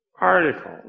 article